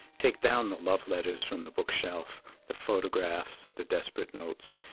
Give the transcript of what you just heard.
take down the love letters from the bookshelf, the photographs, the desperate notes.